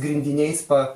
grindiniais pa